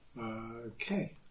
Okay